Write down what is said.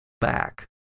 back